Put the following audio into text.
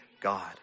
God